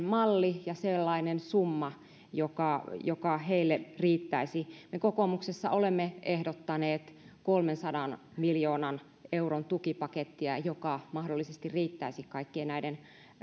malli ja sellainen summa joka joka heille riittäisi me kokoomuksessa olemme ehdottaneet kolmensadan miljoonan euron tukipakettia joka mahdollisesti riittäisi kaikkien näiden